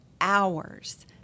hours